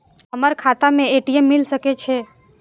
हमर खाता में ए.टी.एम मिल सके छै?